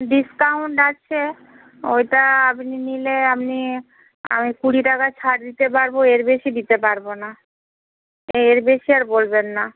discount আছে ওইটা আপনি নিলে আপনি আমি কুড়ি টাকা ছাড় দিতে পারব এর বেশি দিতে পারব না এর বেশি আর বলবেন না